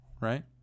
right